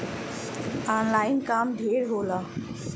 online काम ढेर होला